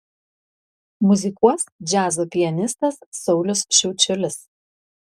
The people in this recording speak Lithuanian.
muzikuos džiazo pianistas saulius šiaučiulis